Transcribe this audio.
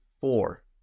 four